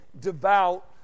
devout